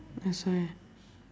that's why